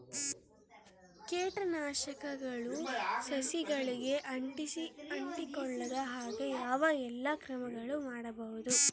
ಕೇಟನಾಶಕಗಳು ಸಸಿಗಳಿಗೆ ಅಂಟಿಕೊಳ್ಳದ ಹಾಗೆ ಯಾವ ಎಲ್ಲಾ ಕ್ರಮಗಳು ಮಾಡಬಹುದು?